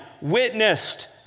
witnessed